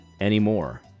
anymore